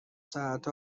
ساعت